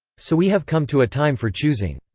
so we have come to a time for choosing.